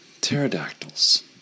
Pterodactyls